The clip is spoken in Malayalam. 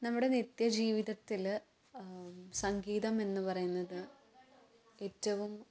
നമ്മുടെ നിത്യ ജീവിതത്തിൽ സംഗീതം എന്ന് പറയുന്നത് ഏറ്റവും